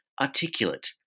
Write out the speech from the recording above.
articulate